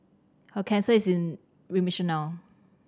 her cancer is in remission now